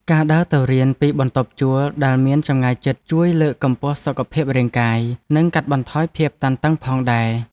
ការដើរទៅរៀនពីបន្ទប់ជួលដែលមានចម្ងាយជិតជួយលើកកម្ពស់សុខភាពរាងកាយ និងកាត់បន្ថយភាពតានតឹងផងដែរ។